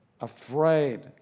afraid